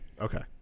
Okay